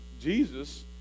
Jesus